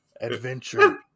Adventure